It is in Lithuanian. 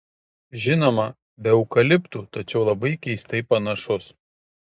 žinoma be eukaliptų tačiau labai keistai panašus